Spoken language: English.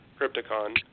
Crypticon